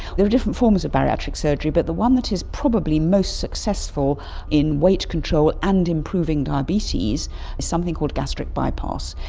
there are different forms of bariatric surgery, but the one that is probably most successful in weight control and improving diabetes is something called gastric bypass.